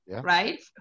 right